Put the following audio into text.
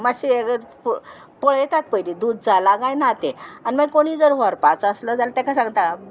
मातशें हे पळयतात पयली दूद जाला काय ना तें आनी मागीर कोणीय जर व्हरपाचो आसलो जाल्यार ताका सांगता